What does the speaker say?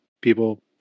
people